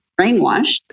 brainwashed